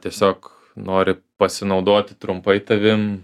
tiesiog nori pasinaudoti trumpai tavim